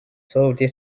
have